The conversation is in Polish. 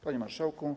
Panie Marszałku!